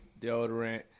deodorant